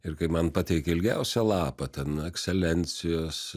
ir kai man pateikė ilgiausią lapą ten ekscelencijos